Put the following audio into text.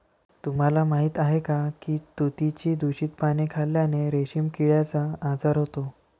तुम्हाला माहीत आहे का की तुतीची दूषित पाने खाल्ल्याने रेशीम किड्याचा आजार होतो